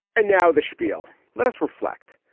and now the schpiel let us reflect.